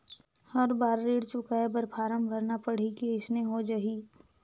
हर बार ऋण चुकाय बर फारम भरना पड़ही की अइसने हो जहीं?